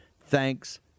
Thanks